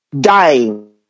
dying